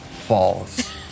falls